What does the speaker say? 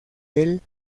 del